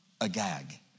Agag